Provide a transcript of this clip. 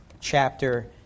chapter